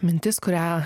mintis kurią